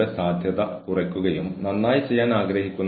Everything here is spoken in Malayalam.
ഒപ്പം നാമെല്ലാവരും അപ്ഡേറ്റായി തുടരാൻ ആഗ്രഹിക്കുന്നു